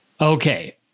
Okay